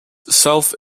self